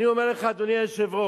אני אומר לך, אדוני היושב-ראש,